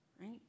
right